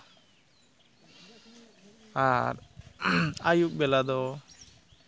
ᱟᱨ ᱟᱹᱭᱩᱵ ᱵᱮᱞᱟ ᱫᱚ